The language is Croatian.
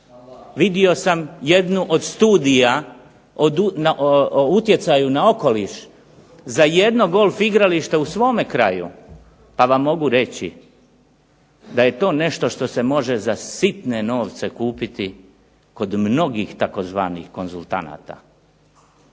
Vidio sam jednu od studija o utjecaju na okoliš za jedno golf igralište u svome kraju pa vam mogu reći da je to nešto što se može za sitne novce kupiti kod mnogih konzultanata